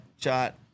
shot